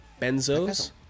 Benzo's